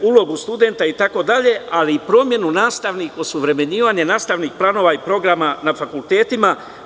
Dakle, ulogu studenta itd, ali promenu nastavnih, osavremenjivanje nastavnih planova i programa na fakultetima.